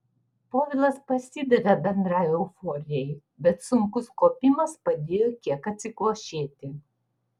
povilas pasidavė bendrai euforijai bet sunkus kopimas padėjo kiek atsikvošėti